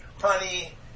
Honey